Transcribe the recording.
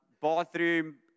bathroom